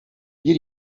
bir